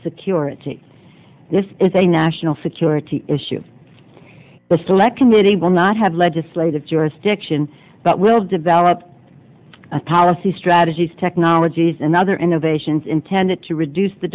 security this is a national security issue the select committee will not have legislative jurisdiction but will develop a policy strategies technologies and other innovations intended to reduce the